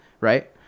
right